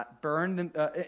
burned